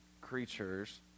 creatures